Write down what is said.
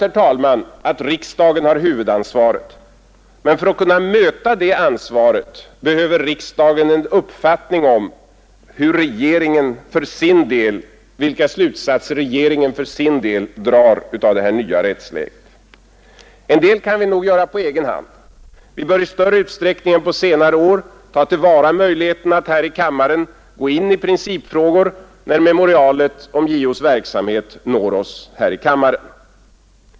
Riksdagen har självfallet huvudansvaret, men för att kunna möta det ansvaret behöver riksdagen en uppfattning om de slutsatser regeringen för sin del har dragit av det nya rättsläget. En del kan vi nog göra på egen hand. Vi bör i större utsträckning än på senare år ta till vara möjligheten att här i kammaren gå in i principfrågor, när memorialet om JO:s verksamhet når oss.